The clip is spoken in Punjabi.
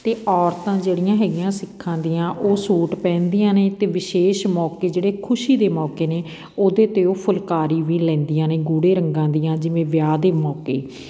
ਅਤੇ ਔਰਤਾਂ ਜਿਹੜੀਆਂ ਹੈਗੀਆਂ ਸਿੱਖਾਂ ਦੀਆਂ ਉਹ ਸੂਟ ਪਹਿਨਦੀਆਂ ਨੇ ਅਤੇ ਵਿਸ਼ੇਸ਼ ਮੌਕੇ ਜਿਹੜੇ ਖੁਸ਼ੀ ਦੇ ਮੌਕੇ ਨੇ ਉਹਦੇ 'ਤੇ ਉਹ ਫੁਲਕਾਰੀ ਵੀ ਲੈਂਦੀਆਂ ਨੇ ਗੂੜ੍ਹੇ ਰੰਗਾਂ ਦੀਆਂ ਜਿਵੇਂ ਵਿਆਹ ਦੇ ਮੌਕੇ